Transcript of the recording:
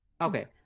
Okay